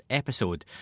episode